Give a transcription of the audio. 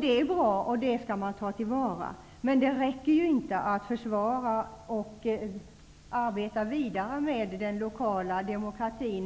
Det är bra, och det skall vi ta till vara, men det räcker inte för att försvara och arbeta vidare med den lokala demokratin.